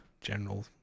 general